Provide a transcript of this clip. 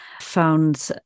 found